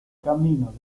caminos